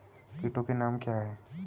कीटों के नाम क्या हैं?